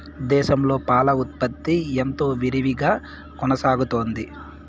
దేశంలో పాల ఉత్పత్తి ఎంతో విరివిగా కొనసాగుతోంది